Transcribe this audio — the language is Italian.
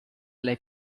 lei